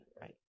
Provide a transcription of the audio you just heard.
right